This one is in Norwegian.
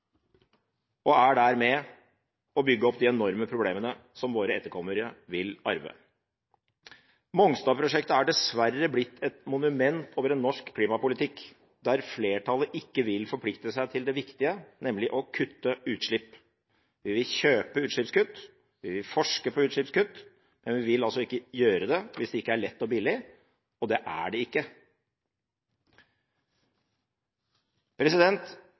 og er der med på å bygge opp de enorme problemene som våre etterkommere vil arve. Mongstad-prosjektet er dessverre blitt et monument over en norsk klimapolitikk der flertallet ikke vil forplikte seg til det viktige, nemlig å kutte utslipp. Vi vil kjøpe utslippskutt. Vi vil forske på utslippskutt, men vi vil altså ikke gjøre det hvis det ikke er lett og billig, og det er det